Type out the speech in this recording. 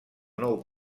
nou